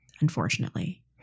unfortunately